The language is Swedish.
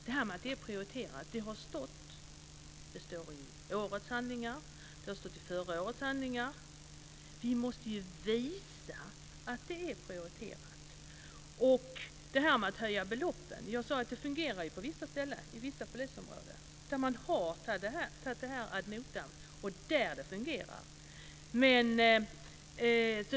Fru talman! Att det är prioriterat står i årets handlingar, och det har stått i förra årets handlingar. Vi måste ju visa att det är prioriterat. När det gäller att höja beloppen fungerar det i vissa polisområden, där man har tagit det här ad notam. Där fungerar det.